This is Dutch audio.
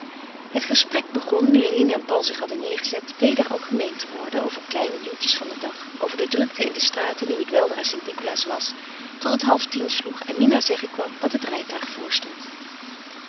het gesprek begon nu eline en paul zich hadden neêrgezet weder algemeen te worden over kleine nieuwtjes van den dag over de drukte in de straten nu het weldra st nicolaas was tot het halftien sloeg en mina zeggen kwam dat het rijtuig